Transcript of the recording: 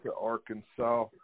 Arkansas